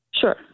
Sure